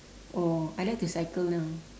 oh I like to cycle now